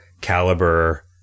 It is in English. caliber